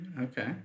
okay